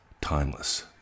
Timeless